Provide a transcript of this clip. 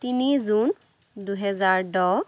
তিনি জুন দুই হেজাৰ দহ